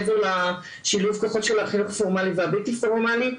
מעבר לשילוב הכוחות של החינוך הפורמלי והבלתי פורמלי.